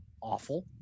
awful